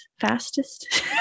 fastest